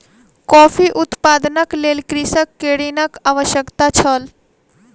coffee उत्पादनक लेल कृषक के ऋणक आवश्यकता छल